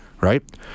Right